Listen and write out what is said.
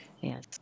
Yes